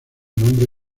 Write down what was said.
nombre